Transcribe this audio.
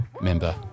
member